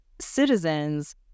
citizens